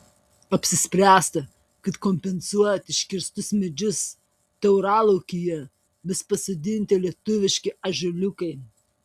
apsispręsta kad kompensuojant iškirstus medžius tauralaukyje bus pasodinti lietuviški ąžuoliukai